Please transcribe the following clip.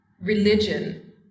religion